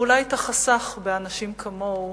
אולי את החסך באנשים כמוהו